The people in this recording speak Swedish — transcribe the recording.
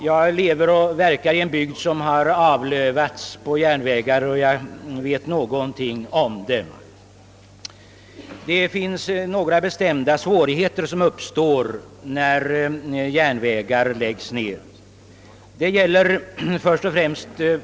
Jag lever och verkar i en bygd som har »avlövats» på järnvägar och jag vet därför någonting om de problem som då uppkommer. När järnvägarna läggs ned uppstår stora svårigheter.